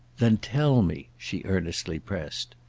then tell me! she earnestly pressed.